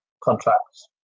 contracts